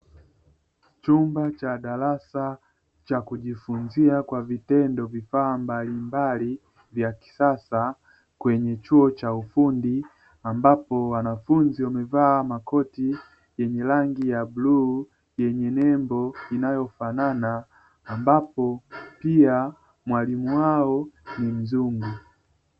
Chumba cha darasa chakujifunzia kwa vitendo vifaa mbalimbali vya kisasa kwenye chuo cha ufundi, ambapo wanafunzi wamevaa makoti yenye rangi ya bluu yenye nembo inayofanana ambapo pia mwalimu wao ni mzungu.